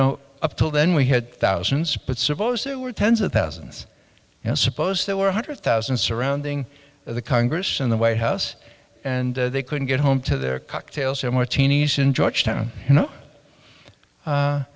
know up till then we had thousands but suppose there were tens of thousands and suppose there were a hundred thousand surrounding the congress and the white house and they couldn't get home to their cocktails no more cheney's in georgetown you know